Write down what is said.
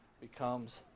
becomes